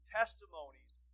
testimonies